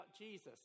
Jesus